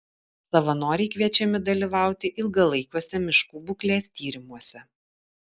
savanoriai kviečiami dalyvauti ilgalaikiuose miškų būklės tyrimuose